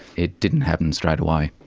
it didn't happen straight away.